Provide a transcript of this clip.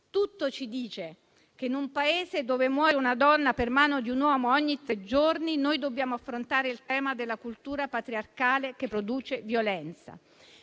Tutto ci dice che in un Paese dove muore una donna per mano di un uomo ogni tre giorni, noi dobbiamo affrontare il tema della cultura patriarcale che produce violenza,